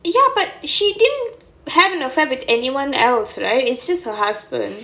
ya but she didn't have an affair with anyone else right it's just her husband